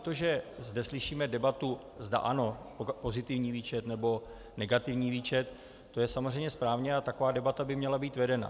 To, že zde slyšíme debatu, zda ano pozitivní výčet, nebo negativní výčet, to je samozřejmě správně a taková debata by měla být vedena.